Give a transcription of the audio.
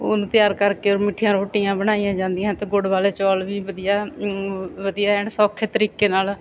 ਉਹਨੂੰ ਤਿਆਰ ਕਰਕੇ ਔਰ ਮਿੱਠੀਆਂ ਰੋਟੀਆਂ ਬਣਾਈਆਂ ਜਾਂਦੀਆਂ ਹਨ ਅਤੇ ਗੁੜ ਵਾਲੇ ਚੌਲ ਵੀ ਵਧੀਆ ਵਧੀਆ ਐਂਡ ਸੌਖੇ ਤਰੀਕੇ ਨਾਲ